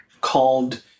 called